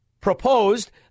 proposed